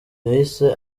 yahise